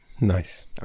Nice